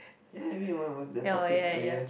ya I mean what was the topic earlier